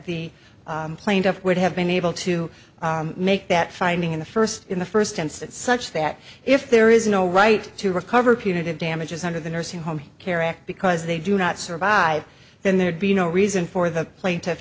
the plaintiff would have been able to make that finding in the first in the first instance such that if there is no right to recover punitive damages under the nursing home care act because they do not survive then there'd be no reason for the pla